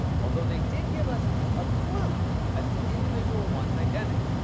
although they did give us a clue as to individual one's identity.